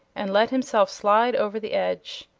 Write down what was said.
and let himself slide over the edge.